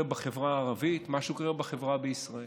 בחברה הערבית ואת מה שקורה בחברה בישראל.